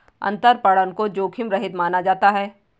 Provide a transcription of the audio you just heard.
अंतरपणन को जोखिम रहित माना जाता है